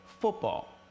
football